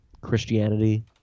Christianity